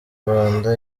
rwanda